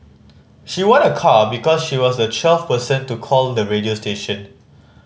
she won a car because she was the twelfth person to call the radio station